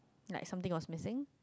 like something was missing